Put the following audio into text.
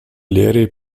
lehre